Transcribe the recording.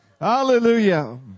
Hallelujah